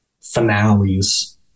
finales